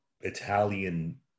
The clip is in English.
Italian